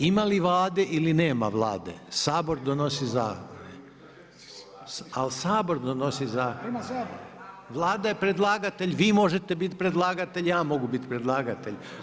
Ima li Vlade ili nema Vlade Sabor donosi zakone. … [[Upadica se ne čuje.]] Ali Sabor donosi zakone. … [[Upadica se ne čuje.]] Vlada je predlagatelj, vi možete biti predlagatelj, ja mogu biti predlagatelj.